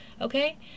okay